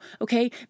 okay